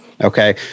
Okay